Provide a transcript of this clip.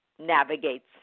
navigates